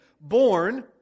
born